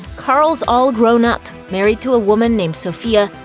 carl's all grown up, married to a woman named sophia,